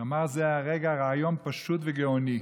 שאמר זה הרגע רעיון פשוט וגאוני: